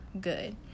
good